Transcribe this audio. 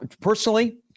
personally